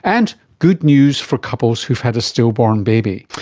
and good news for couples who have had a stillborn baby.